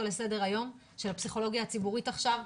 על סדר היום של הפסיכולוגיה הציבורית עכשיו,